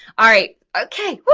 alright, okay, woo!